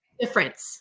Difference